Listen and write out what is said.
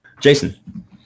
Jason